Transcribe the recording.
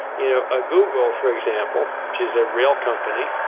you know a google for example which is a real company,